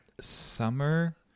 Summer